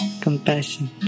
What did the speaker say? compassion